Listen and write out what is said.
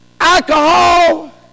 alcohol